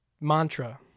Mantra